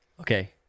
Okay